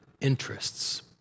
interests